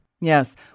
Yes